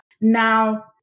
now